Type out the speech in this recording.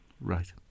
Right